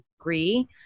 agree